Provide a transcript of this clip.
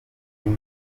bw’u